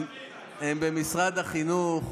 הן במשרד החינוך.